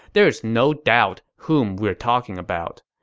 there is no doubt whom we're talking about.